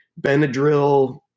Benadryl